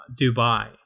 Dubai